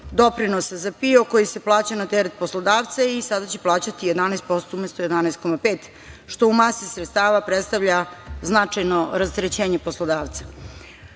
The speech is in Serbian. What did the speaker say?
doprinosa za PIO, koji se plaća na teret poslodavca i sada će plaćati 11% umesto 11,5%, što u masi sredstava predstavlja značajno rasterećenje poslodavca. Predlog